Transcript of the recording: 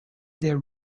their